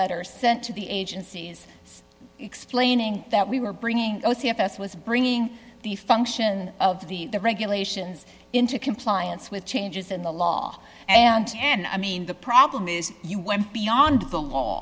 letters sent to the agencies explaining that we were bringing c f s was bringing the function of the regulations into compliance with changes in the law and i mean the problem is you went beyond the law